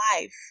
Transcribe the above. life